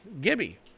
Gibby